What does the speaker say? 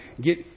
get